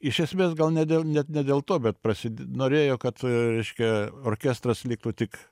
iš esmės gal ne dėl net ne dėl to bet prasid norėjo kad reiškia orkestras liktų tik